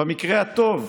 במקרה הטוב.